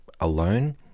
alone